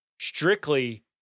strictly